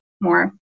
more